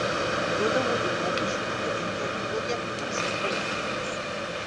juodaodį popiežių pavadinti alyvuoge gražus palyginimas